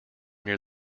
near